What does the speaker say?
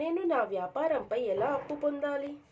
నేను నా వ్యాపారం పై ఎలా అప్పు పొందాలి?